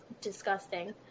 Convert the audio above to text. disgusting